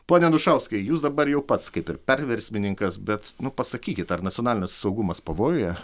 pone anušauskai jūs dabar jau pats kaip ir perversmininkas bet nu pasakykit ar nacionalinis saugumas pavojuje